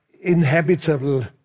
inhabitable